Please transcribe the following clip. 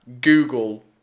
google